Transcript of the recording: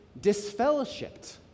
disfellowshipped